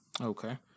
Okay